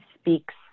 speaks